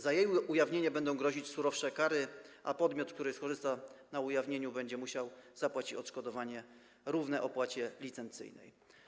Za ich ujawnienie będą grozić surowsze kary, a podmiot, który skorzysta na ujawnieniu, będzie musiał zapłacić odszkodowanie równe opłacie licencyjnej.